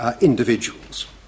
individuals